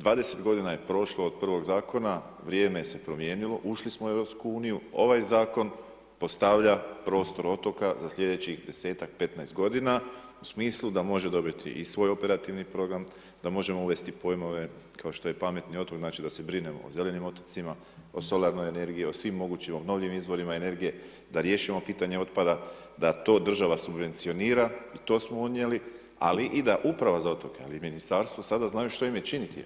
20 godina je prošlo od prvog Zakona, vrijeme se promijenilo, ušli smo u Europsku uniju, ovaj Zakon postavlja prostor otoka za sljedećih 10-ak, 15 godina, u smislu da može dobiti i svoj operativni program, da možemo uvesti pojmove kao što je pametni otok, znači da se brinemo o zelenim otocima, o solarnoj energiji, o svim mogućim obnovljivim izvorima energije, da riješimo pitanje otpada, da to država subvencionira, i to smo unijeli, ali i da Uprava za otoke, a i Ministarstvo, sada znaju što im je činiti.